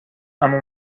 اما